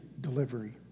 delivery